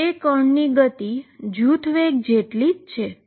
અને તે પાર્ટીકલની ગતિ ગ્રુપ વેલોસીટી જેટલી જ છે